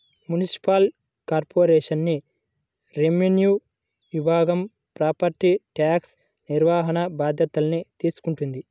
municipal కార్పొరేషన్లోని revenue విభాగం property tax నిర్వహణ బాధ్యతల్ని తీసుకుంటది